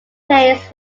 plays